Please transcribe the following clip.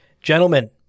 Gentlemen